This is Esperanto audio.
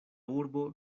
urbo